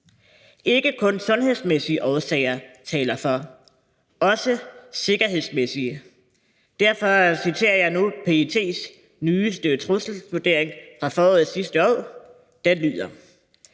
Ikke kun sundhedsmæssige årsager taler for det, også sikkerhedsmæssige. Derfor citerer jeg nu PET's nyeste trusselsvurdering fra foråret sidste år. Den lyder: